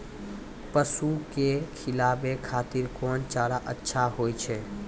पसु के खिलाबै खातिर कोन चारा अच्छा होय छै?